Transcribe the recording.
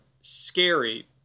scary